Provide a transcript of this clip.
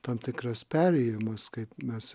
tam tikras perėjimas kaip mes